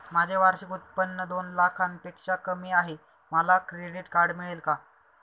माझे वार्षिक उत्त्पन्न दोन लाखांपेक्षा कमी आहे, मला क्रेडिट कार्ड मिळेल का?